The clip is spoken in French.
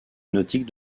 nautique